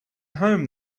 home